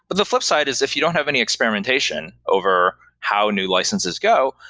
but the flipside is if you don't have any experimentation over how new licenses go,